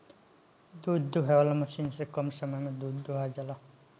दूध दूहे वाला मशीन से कम समय में दूध दुहा जाला